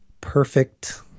perfect